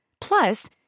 Plus